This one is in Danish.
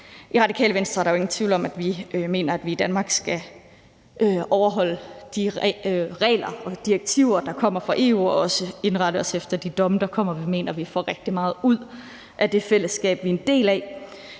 I Radikale Venstre er der jo ingen tvivl om at vi mener, at vi i Danmark skal overholde de regler og direktiver, der kommer fra EU, og også indrette os efter de domme, der kommer. Vi mener, at vi får rigtig meget ud af det fællesskab, vi er en del af.